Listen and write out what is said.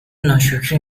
ناشکری